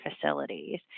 facilities